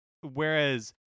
whereas